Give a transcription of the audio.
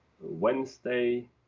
Wednesday